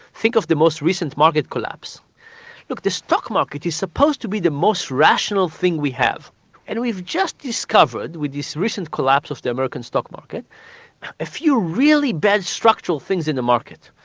think of the most recent market collapse look, the stock market is supposed to be the most rational thing we have and we've just discovered with this recent collapse of the american stock market a few really bad structural things in the market.